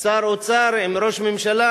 שר אוצר עם ראש ממשלה,